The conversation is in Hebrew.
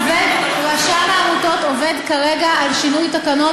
העמותות רשם העמותות עובד כרגע על שינוי תקנות.